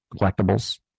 collectibles